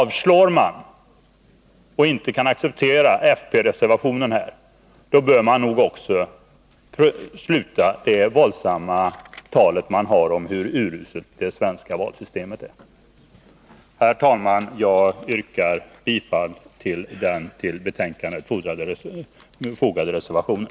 Om man inte kan acceptera fp-reservationen utan avslår den, bör man också upphöra med det våldsamma talet om hur uruselt det svenska valsystemet är. Herr talman! Jag yrkar bifall till den vid betänkandet fogade reservationen.